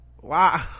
wow